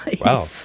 wow